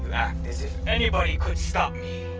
act as if anybody could stop me.